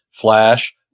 Flash